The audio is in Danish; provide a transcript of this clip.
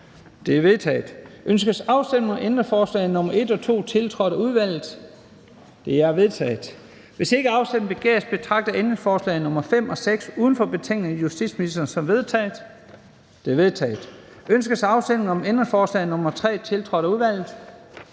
Det er vedtaget. Ønskes afstemning om ændringsforslag nr. 1 og 2, tiltrådt af udvalget? De er vedtaget. Hvis ikke afstemning begæres, betragter jeg ændringsforslag nr. 5 og 6 uden for betænkningen af justitsministeren som vedtaget. De er vedtaget. Ønskes afstemning om ændringsforslag nr. 3, tiltrådt af udvalget?